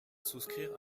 souscrire